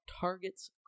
Target's